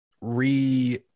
re